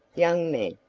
young men,